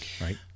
right